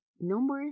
number